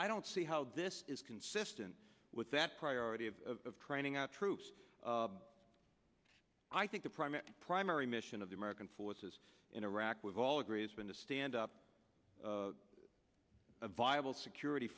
i don't see how this is consistent with that priority of training our troops i think the primary primary mission of the american forces in iraq we've all agreed is going to stand up a viable security